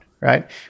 right